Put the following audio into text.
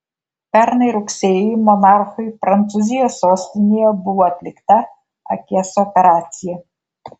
pernai rugsėjį monarchui prancūzijos sostinėje buvo atlikta akies operacija